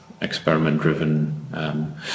experiment-driven